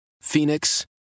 Phoenix